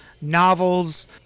novels